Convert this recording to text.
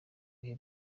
bihe